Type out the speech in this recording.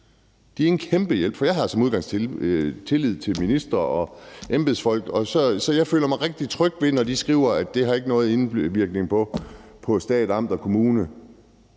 skemaer en kæmpe hjælp. Jeg har som udgangspunkt tillid til ministre og embedsfolk, så jeg føler mig rigtig tryg ved det, når de skriver, at noget ikke har nogen indvirkning på stat, amter og kommuner,